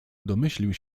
domyślił